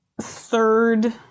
third